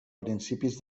principis